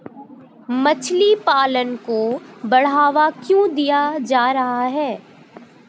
मछली पालन को बढ़ावा क्यों दिया जा रहा है?